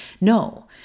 No